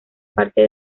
parte